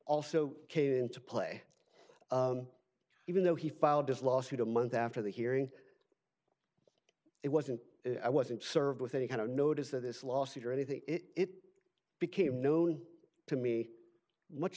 also came into play even though he filed this lawsuit a month after the hearing it wasn't i wasn't served with any kind of notice that this lawsuit or anything it became known to me